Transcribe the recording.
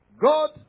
God